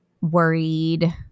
worried